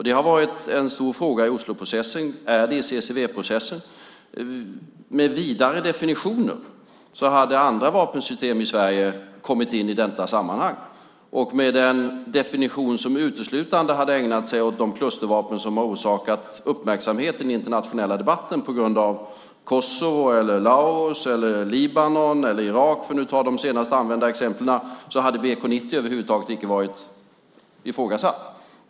Det har varit en stor fråga i Osloprocessen och är det i CCW-processen. Med vidare definitioner hade andra vapensystem i Sverige kommit in i detta sammanhang. Med en definition som uteslutande hade gällt de klustervapen som orsakat uppmärksamhet i den internationella debatten - på grund av Kosovo, Laos, Libanon eller Irak för att nu ta de senaste exemplen - hade bombkapsel 90 över huvud taget icke varit ifrågasatt.